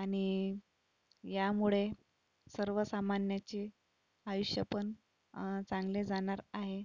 आणि यामुळे सर्वसामान्याची आयुष्य पण चांगले जाणार आहे